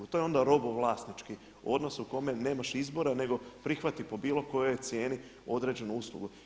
To je onda robovlasnički odnos u kome nemaš ni zbora nego prihvati po bilo kojoj cijeni određenu uslugu.